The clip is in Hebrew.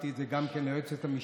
וכתבתי את זה גם כן ליועצת המשפטית,